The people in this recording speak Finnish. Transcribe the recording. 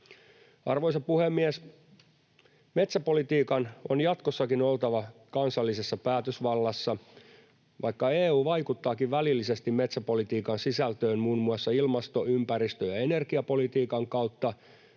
Arvoisa puhemies! Metsäpolitiikan on jatkossakin oltava kansallisessa päätösvallassa. Vaikka EU vaikuttaakin välillisesti metsäpolitiikan sisältöön muun muassa ilmasto-, ympäristö- ja energiapolitiikan kautta,